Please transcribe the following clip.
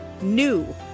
NEW